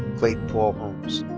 clayton paul holmes.